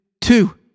two